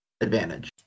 advantage